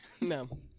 No